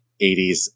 80s